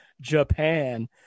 Japan